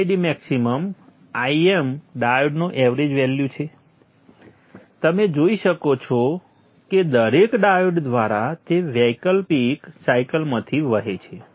આ Id maximum Im ડાયોડનો average value છે તમે જોઇ શકો છો કે દરેક ડાયોડ દ્વારા તે વૈકલ્પિક સાયકલમાંથી વહે છે